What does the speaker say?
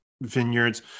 vineyards